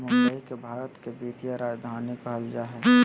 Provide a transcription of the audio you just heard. मुंबई के भारत के वित्तीय राजधानी कहल जा हइ